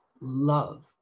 love